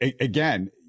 again